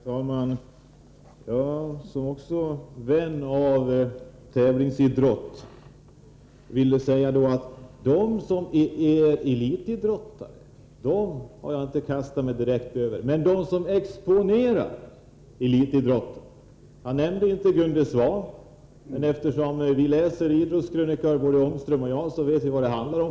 Herr talman! Eftersom även jag är en vän av tävlingsidrott vill jag säga att det inte är elitidrottärna som jag har kastat mig över, utan dem som exponerar elitidrotten. Jag nämnde inte Gunde Svan, men eftersom både Rune Ångström och jag läser idrottskrönikor vet vi vad det handlar om.